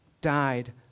died